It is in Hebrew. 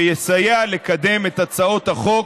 שיסייע לקדם את הצעות החוק